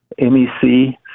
MEC